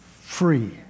free